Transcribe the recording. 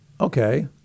okay